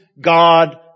God